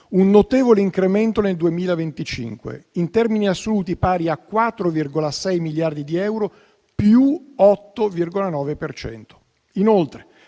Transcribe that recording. un notevole incremento nel 2025, in termini assoluti pari a 4,6 miliardi di euro (più 8,9 per cento). Inoltre,